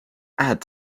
add